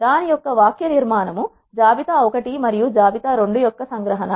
దాని యొక్క వాక్య నిర్మాణము జాబితా 1 మరియు జాబితా 2 యొక్క సం గ్రహణ